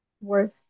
worth